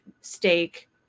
steak